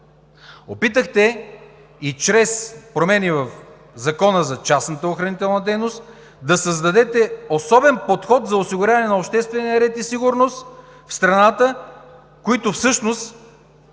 Опитахте и чрез промени в Закона за частната охранителна дейност да създадете особен подход за осигуряване на обществения ред и сигурност в страната, които всъщност